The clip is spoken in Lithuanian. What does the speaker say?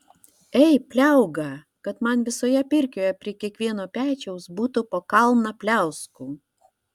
ei pliauga kad man visoje pirkioje prie kiekvieno pečiaus būtų po kalną pliauskų